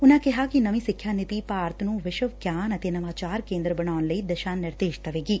ਉਨੂਾਂ ਕਿਹਾ ਕਿ ਨਵੀਂ ਸਿੱਖਿਆ ਨੀਤੀ ਭਾਰਤ ਨੂੰ ਵਿਸ਼ਵ ਗਿਆਨ ਅਤੇ ਨਵਾਚਾਰ ਕੇਂਦਰ ਬਣਾਉਣ ਲਈ ਦਿਸ਼ਾ ਨਿਰਦੇਸ਼ ਦੇਏਗੀ